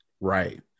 right